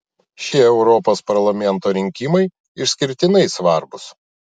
šie europos parlamento rinkimai išskirtinai svarbūs